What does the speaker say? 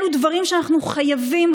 אילו דברים שאנחנו חייבים,